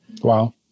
Wow